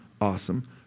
awesome